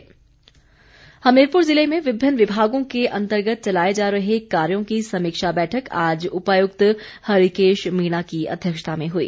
बैठक हमीरपुर जिले में विभिन्न विभागों के अंतर्गत चलाए जा रहे कार्यों की समीक्षा बैठक आज उपायुक्त हरीकेश मीणा की अध्यक्षता में हुई